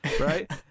right